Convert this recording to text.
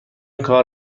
کار